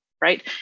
right